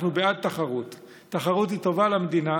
אנחנו בעד תחרות, תחרות היא טובה למדינה,